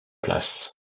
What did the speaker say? place